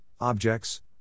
objects